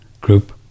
group